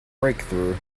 breakthrough